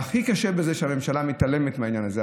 והכי קשה בזה שהממשלה מתעלמת מהעניין הזה.